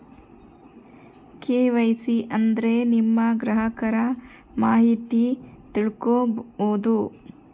KYC ಅಂದ್ರೆ ನಿಮ್ಮ ಗ್ರಾಹಕರ ಮಾಹಿತಿ ತಿಳ್ಕೊಮ್ಬೋದು